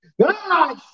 God